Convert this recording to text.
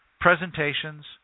presentations